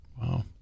Wow